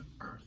earth